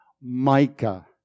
Micah